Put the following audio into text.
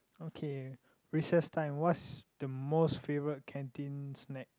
okay recess time what's the most favorite canteen snack